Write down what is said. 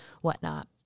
whatnot